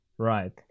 right